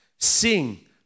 sing